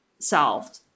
solved